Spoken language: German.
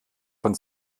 von